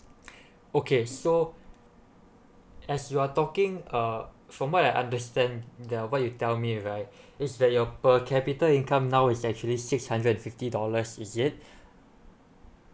okay so as you are talking uh from what I understand that what you tell me right is that your per capita income now is actually six hundred and fifty dollars is it